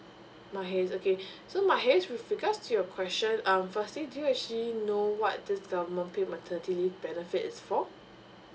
mahes okay so mahes with regards to your question um firstly do you actually know what this government paid maternity leave benefits is for